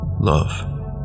Love